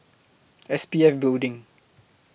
S P F Building